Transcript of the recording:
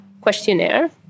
questionnaire